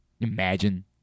Imagine